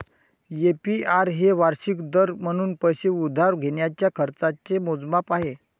APR हे वार्षिक दर म्हणून पैसे उधार घेण्याच्या खर्चाचे मोजमाप आहे